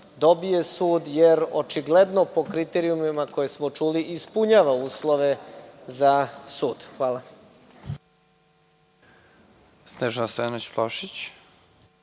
dobije sud, jer očigledno po kriterijumima koje smo čuli ispunjava uslove za sud. Hvala.